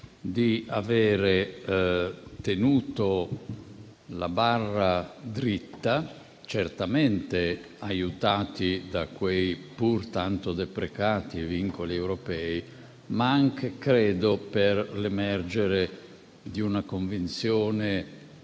di avere tenuto la barra dritta, certamente aiutati da quei pur tanto deprecati vincoli europei, ma anche per l'emergere di una convinzione